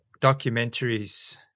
documentaries